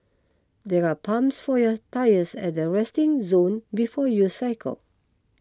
there are pumps for your tyres at the resting zone before you cycle